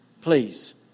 Please